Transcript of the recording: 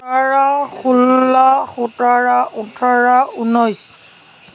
ওঁঠৰ ষোল্ল সোতৰ ওঁঠৰ ঊনৈছ